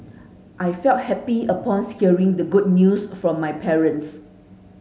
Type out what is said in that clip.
I felt happy upon hearing the good news from my parents